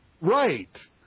Right